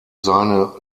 seine